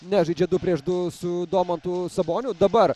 nežaidžia du prieš du su domantu saboniu dabar